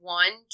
one